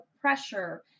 pressure